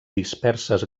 disperses